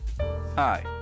Hi